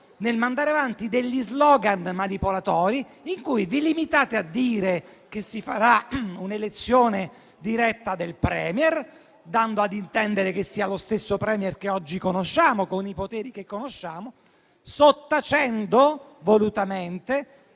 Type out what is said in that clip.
nel mandare avanti degli slogan manipolatori, in cui vi limitate a dire che si farà un'elezione diretta del *Premier*, dando ad intendere che sia lo stesso *Premier* che oggi conosciamo, con i poteri che conosciamo, sottacendo volutamente